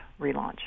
relaunch